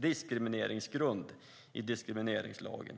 diskrimineringsgrund i diskrimineringslagen.